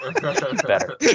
Better